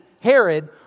Herod